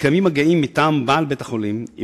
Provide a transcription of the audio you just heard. מתקיימים מגעים מטעם בעל בית-החולים עם